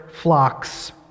flocks